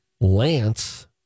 Lance